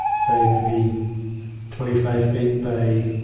say, maybe twenty five feet by